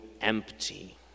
empty